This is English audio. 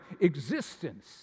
existence